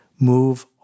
move